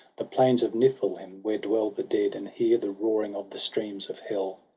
the plains of niflheim, where dwell the dead, and hear the roaring of the streams of hell.